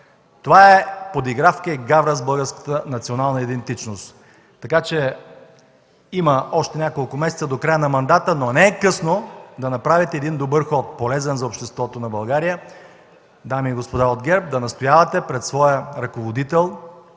Това е подигравка и гавра с българската национална идентичност. Така че има още няколко месеца до края на мандата, но не е късно да направите един добър ход – полезен за обществото на България, дами и господа от ГЕРБ, да настоявате пред своя ръководител